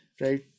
right